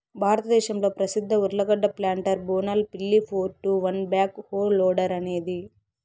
భారతదేశంలో ప్రసిద్ధ ఉర్లగడ్డ ప్లాంటర్ బోనాల్ పిల్లి four to one backhoe loader అనేది